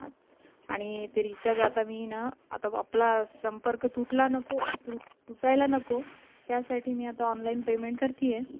अ् आणि ते रिचार्ज आता मी ना आता आपला संपर्क तुटला नको त्रुट तुटायला नको त्यासाठी मी आता ऑनलाईन पेमेंट करत आहे